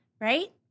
right